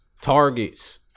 Targets